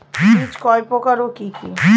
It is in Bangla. বীজ কয় প্রকার ও কি কি?